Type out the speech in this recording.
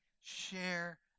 share